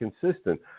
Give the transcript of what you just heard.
consistent